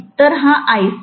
तर हा Ic